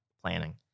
planning